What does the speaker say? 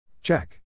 Check